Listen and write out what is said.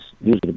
usually